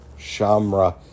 Shamra